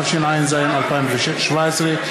התשע"ז 2017,